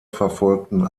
verfolgten